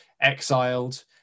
exiled